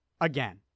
Again